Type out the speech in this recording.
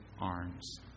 arms